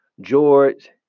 George